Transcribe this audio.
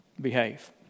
behave